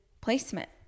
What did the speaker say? placement